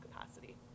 capacity